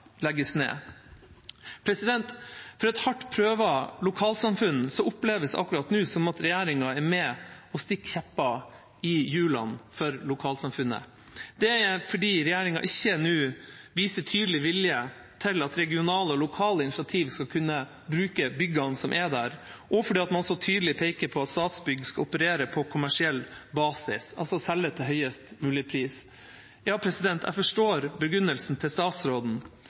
legges ned. For et hardt prøvd lokalsamfunn oppleves det akkurat nå som om regjeringa er med på å stikke kjepper i hjulene for lokalsamfunnet. Det er fordi regjeringa nå ikke viser en tydelig vilje til at lokale og regionale initiativer skal kunne bruke byggene som er der, og fordi man så tydelig peker på at Statsbygg skal operere på kommersiell basis, altså selge til høyest mulig pris. Jeg forstår